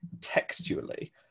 textually